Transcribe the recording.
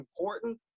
important